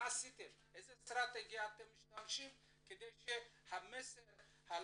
באיזו אסטרטגיה אתם משתמשים כדי שהמסר על